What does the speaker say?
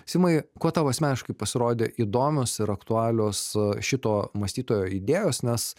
simai kuo tau asmeniškai pasirodė įdomios ir aktualios šito mąstytojo idėjos nes